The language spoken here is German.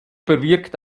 bewirkt